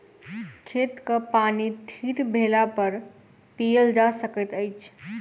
खेतक पानि थीर भेलापर पीयल जा सकैत अछि